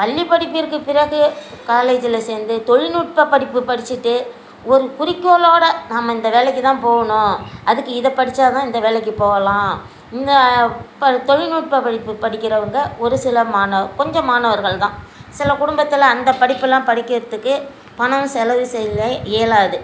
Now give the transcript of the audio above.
பள்ளிப் படிப்பிற்கு பிறகு காலேஜில் சேர்ந்து தொழில்நுட்ப படிப்பு படிச்சுட்டு ஒரு குறிக்கோளோடு நம்ம இந்த வேலைக்குதான் போகணும் அதுக்கு இதை படித்தா தான் இந்த வேலைக்கு போகலாம் இந்த ப தொழில்நுட்ப படிப்பு படிக்கிறவங்க ஒரு சில மாணவர் கொஞ்சம் மாணவர்கள் தான் சில குடும்பத்தில் அந்த படிப்பெலாம் படிக்கிறதுக்கே பணம் செலவு செய்ய இயலாது